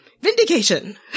vindication